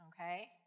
Okay